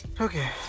okay